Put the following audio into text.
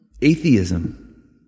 atheism